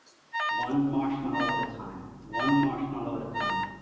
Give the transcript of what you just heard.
one marshmallow at a time, one marshmallow at a time.